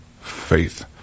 faith